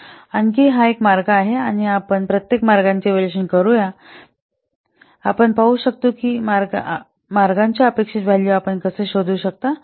तर हा आणखी एक मार्ग आहे आपण प्रत्येक मार्गाचे इव्हॅल्युएशन करूया किंवा त्याबद्दल इव्हॅल्युएशन करूया आपण पाहू शकता की प्रत्येक मार्गाचे अपेक्षित व्हॅल्यू आपण कसे शोधू शकता